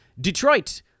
Detroit